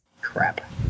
crap